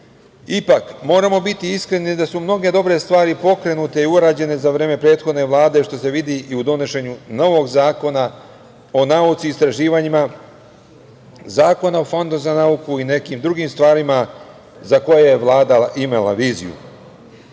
moramo biti iskreni da su mnoge dobre stvari pokrenute i urađene za vreme prethodne Vlade što se vidi i u donošenju novog Zakona o nauci i istraživanja, Zakona o Fondu za nauku i nekim drugim stvarima za koje je Vlada imala